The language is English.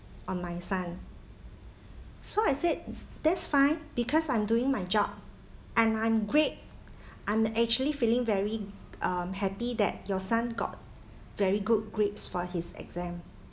on my son so I said that's fine because I'm doing my job and I'm great I'm actually feeling very um happy that your son got very good grades for his exam